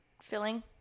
filling